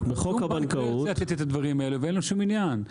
ואם הבנק לא ירצה לתת את הדברים האלה ואין לו שום עניין.